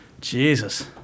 Jesus